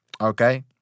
okay